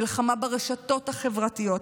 מלחמה ברשתות החברתיות,